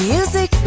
Music